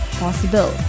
possible